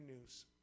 news